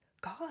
God